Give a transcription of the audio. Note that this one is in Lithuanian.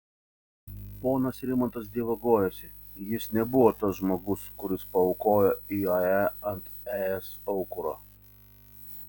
ponas rimantas dievagojasi jis nebuvo tas žmogus kuris paaukojo iae ant es aukuro